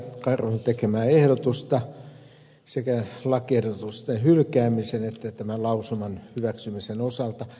karhun tekemää ehdotusta sekä lakiehdotusten hylkäämisen että tämän lausuman hyväksymisen osalta